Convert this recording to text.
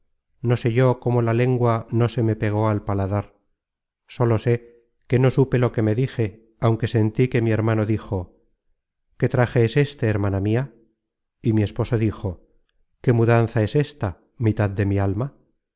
no sé yo cómo la lengua no se me pegó al paladar sólo sé que no supe lo que me dije aunque sentí que mi hermano dijo qué traje es éste hermana mia y mi esposo dijo qué mudanza es ésta mitad de mi alma